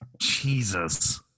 Jesus